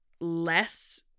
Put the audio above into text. less